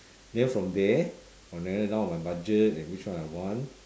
then from there I'll narrow down my budget and which one I want